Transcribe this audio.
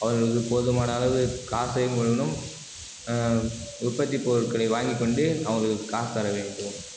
அவர்களுக்கு போதுமான அளவு காசையும் கொடுக்கணும் உற்பத்தி பொருட்களை வாங்கிக்கொண்டு அவர்களுக்கு காசு தர வேண்டும்